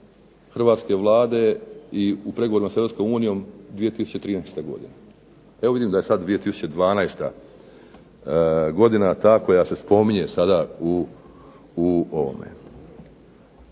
Hrvatske vlade i u pregovorima s EU 2013. godina. Evo, vidim da je sad 2012. godina ta koja se spominje sada u ovome.